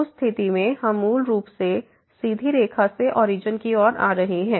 उस स्थिति में हम मूल रूप से सीधी रेखा से ओरिजन की ओर आ रहे हैं